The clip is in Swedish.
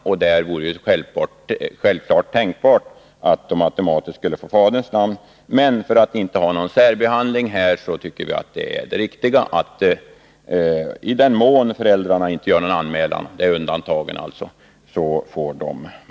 I de fallen vore det självfallet tänkbart att barnen automatiskt skulle få faderns namn, men för att det inte skall vara någon särbehandling tycker vi att det är riktigt att de får moderns namn — i den mån föräldrarna inte gör någon anmälan, vilket torde bli endast undantag.